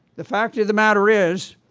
the fact of the matter is,